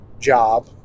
job